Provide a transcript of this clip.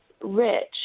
rich